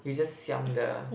you just siam the